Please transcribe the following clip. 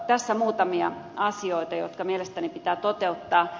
tässä muutamia asioita jotka mielestäni pitää toteuttaa